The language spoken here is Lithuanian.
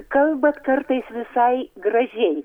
kalbat kartais visai gražiai